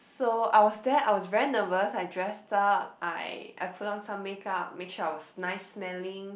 so I was there I was very nervous I dress up I I put on some make up make sure I was nice smelling